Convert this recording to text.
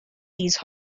these